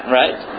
right